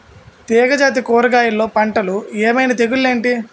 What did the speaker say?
తీగ జాతి కూరగయల్లో పంటలు ఏమైన తెగులు ఏంటి?